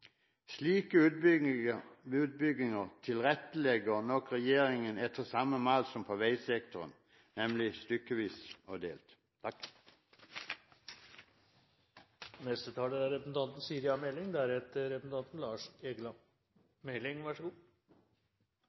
Slike utbygginger tilrettelegger nok regjeringen etter samme mal som på veisektoren, nemlig stykkevis og delt.